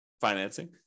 financing